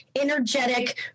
energetic